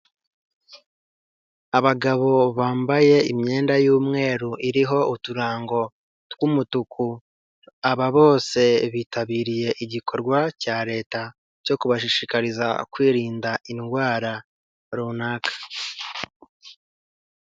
Abagabo bambaye imyenda y'umweru iriho uturango tw'umutuku, aba bose bitabiriye igikorwa cya Leta cyo kubashishikariza kwirinda indwara runaka.